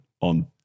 on